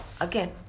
again